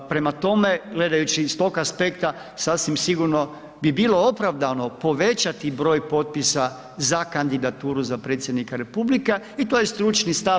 Prema tome, gledajući s tog aspekta sasvim sigurno bi bilo opravdano povećati broj potpisa za kandidaturu za predsjednika Republike i to je stručni stav.